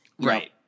Right